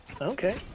Okay